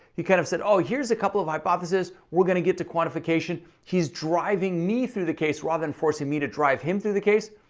he kind of said, oh, here's a couple of hypothesis. we're gonna get to quantification. he's driving me through the case, rather than forcing me to drive him through the case.